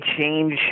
change